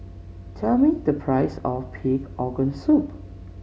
tell me the price of Pig Organ Soup